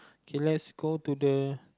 okay let's go to the